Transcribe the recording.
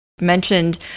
Mentioned